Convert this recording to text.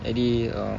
jadi uh